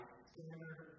standard